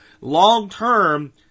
long-term